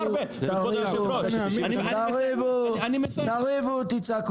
--- אני רוצה להגיד